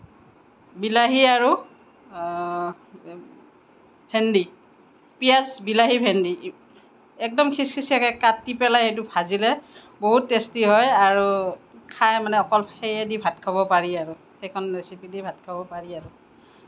বিলাহী আৰু ভেন্দী পিয়াজ বিলাহী ভেন্দী একদম খিচখিছিয়াকে কাটি পেলাই সেইটো ভাজিলে বহুত টেষ্টি হয় আৰু খাই মানে অকল সেয়েদি ভাত খাব পাৰি আৰু সেইখন ৰেচিপি দি ভাত খাব পাৰি আৰু